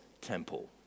temple